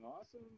awesome